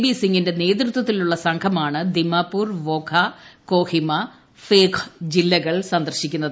B സിംഗിന്റെ നേതൃത്വത്തിലുള്ള സംഘമാണ് ദിമാപൂർ വോഖ കൊഹിമ ഫേഖ് ജില്ലകൾ സന്ദർശിക്കുന്നത്